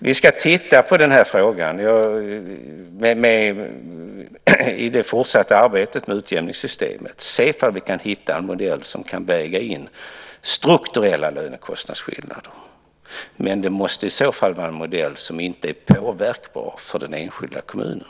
Vi ska titta på den här frågan i det fortsatta arbetet med utjämningssystemet och se ifall vi kan hitta en modell som kan väga in strukturella lönekostnadsskillnader, men i så fall måste det vara en modell som inte är påverkbar för den enskilda kommunen.